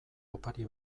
opari